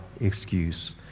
excuse